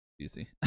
Easy